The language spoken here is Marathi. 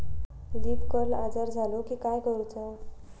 लीफ कर्ल आजार झालो की काय करूच?